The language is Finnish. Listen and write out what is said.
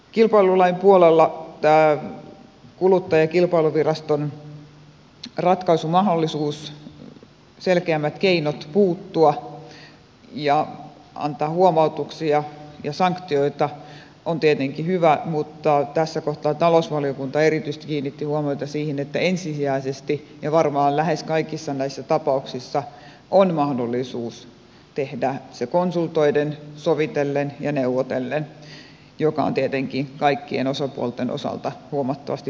kilpailulain puolella tämä kilpailu ja kuluttajaviraston ratkaisumahdollisuus selkeämmät keinot puuttua ja antaa huomautuksia ja sanktioita on tietenkin hyvä mutta tässä kohtaa talousvaliokunta erityisesti kiinnitti huomiota siihen että ensisijaisesti ja varmaan lähes kaikissa näissä tapauksissa on mahdollista tehdä se konsultoiden sovitellen ja neuvotellen joka on tietenkin kaikkien osapuolten osalta huomattavasti parempi vaihtoehto